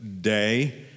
day